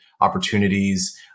opportunities